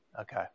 okay